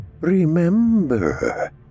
Remember